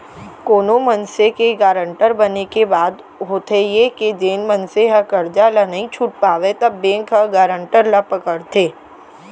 कोनो मनसे के गारंटर बने के बाद होथे ये के जेन मनसे ह करजा ल नइ छूट पावय त बेंक ह गारंटर ल पकड़थे